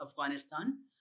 Afghanistan